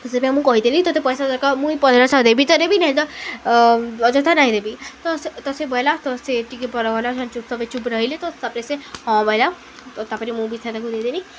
ସେଥିପାଇଁ ମୁଁ କହିଦେଲିି ତତେ ପଇସା ଦରକାର ମୁଇଁ ପନ୍ଦ୍ରଶହ ଦେବି ତ ଦେବି ନହିଁ ତ ଅଯଥା କାଇଁ ଦେବି ତ ସେ ତ ସେ ବଇଲା ତ ସେ ଟିକେ ବ ଗଲା ତେ ଚୁପ୍ ରହିଲେ ତ ତାପରେ ସେ ହଁ ବଇଲା ତ ତାପରେ ମୁଁ ବି ତାକୁ ଦେଇଦେଲି